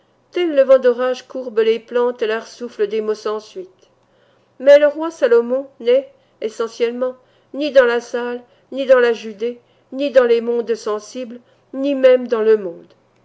le vent d'orage courbe les plantes et leur souffle des mots sans suite mais le roi salomon n'est essentiellement ni dans la salle ni dans la judée ni dans les mondes sensibles ni même dans le monde